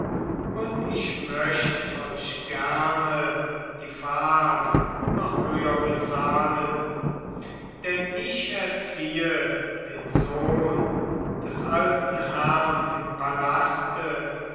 und ich möcht euch gerne die fahrt noch höher bezahlen denn ich erziehe den sohn des alten herrn im palaste